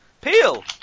Peel